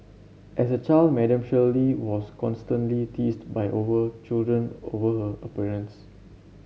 as a child Madam Shirley was constantly teased by over children over her appearance